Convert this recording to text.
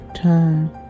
time